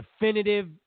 definitive